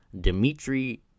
Dmitry